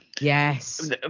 Yes